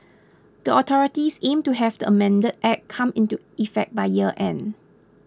the authorities aim to have the amended Act come into effect by year end